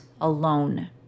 alone